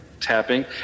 tapping